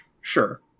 sure